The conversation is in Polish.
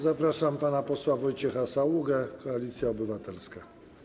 Zapraszam pana posła Wojciecha Saługę, Koalicja Obywatelska.